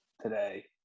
today